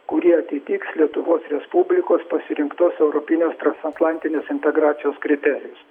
kuri atitiks lietuvos respublikos pasirinktos europinės transatlantinės integracijos kriterijus